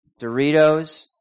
Doritos